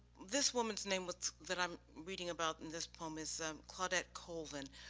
this woman's name was that i'm reading about in this poem is claudette colvin,